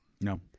No